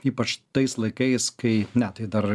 ypač tais laikais kai ne tai dar